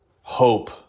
hope